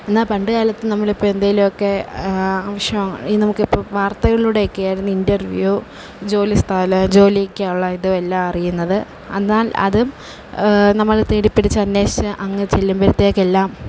എന്നാൽ പണ്ടുകാലത്ത് നമുക്ക് ഇപ്പം എന്തേലും ആവശ്യം നമുക്ക് ഇപ്പം വാർത്തയിലൂടെ ഒക്കെ ആയിരുന്നു ഇൻ്റർവ്യൂ ജോലി സ്ഥലം ജോലിക്കുള്ള എല്ലാ ഇതും അറിയുന്നത് എന്നാൽ അതും നമ്മൾ തേടി പിടിച്ചു അന്വേഷിച്ചു അങ്ങ് ചെല്ലുമ്പോഴത്തേക്ക് എല്ലാം